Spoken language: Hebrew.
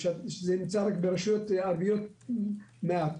שברשויות ערביות זה נמצא מעט,